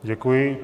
Děkuji.